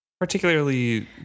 Particularly